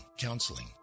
counseling